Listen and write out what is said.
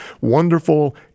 wonderful